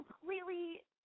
completely